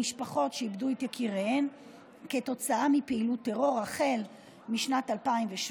למשפחות שאיבדו את יקיריהן כתוצאה מפעילות טרור מאז שנת 2017,